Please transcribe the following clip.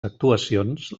actuacions